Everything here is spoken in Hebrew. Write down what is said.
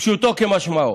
פשוטו כמשמעו.